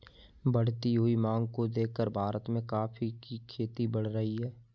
बढ़ती हुई मांग को देखकर भारत में कॉफी की खेती बढ़ रही है